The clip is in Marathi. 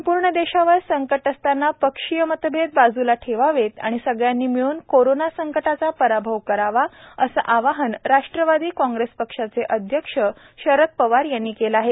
सं र्ण देशावर संकट असताना क्षीय मतभेद बाज्ला ठेवावेत आणि सगळ्यांनी मिळून कोरोना संकटाचा राभव करावा असं आवाहन राष्ट्रवादी काँग्रेस क्षाचे अध्यक्ष शरद वार यांनी केलं आहे